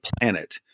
planet